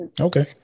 Okay